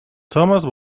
thomas